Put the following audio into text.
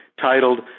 titled